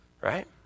Right